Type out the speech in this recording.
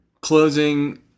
closing